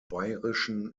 bayrischen